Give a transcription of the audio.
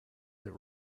that